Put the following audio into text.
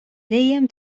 dejjem